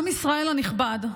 עם ישראל הנכבד,